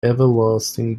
everlasting